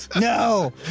No